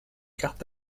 carte